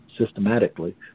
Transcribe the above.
systematically